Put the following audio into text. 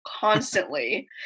constantly